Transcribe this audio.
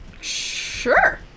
Sure